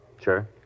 Sure